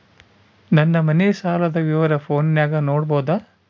ನನ್ನ ಮನೆ ಸಾಲದ ವಿವರ ಫೋನಿನಾಗ ನೋಡಬೊದ?